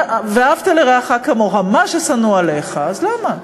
ואהבת לרעך כמוך, מה ששנוא עליך, אז למה?